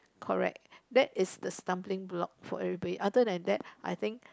correct that is the stampling block for everybody other than that I think